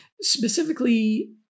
specifically